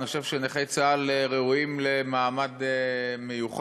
אני חושב שנכי צה"ל ראויים למעמד מיוחד